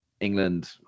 England